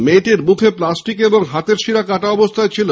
মেয়েটির মুখে প্লাস্টিক এবং হাতের শিরা কাটা অবস্থায় ছিল